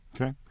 Okay